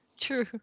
True